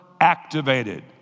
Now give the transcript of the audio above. activated